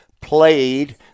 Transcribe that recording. played